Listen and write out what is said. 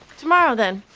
tomorrow, then.